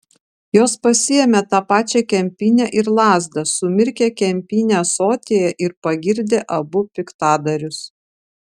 jos pasiėmė tą pačią kempinę ir lazdą sumirkė kempinę ąsotyje ir pagirdė abu piktadarius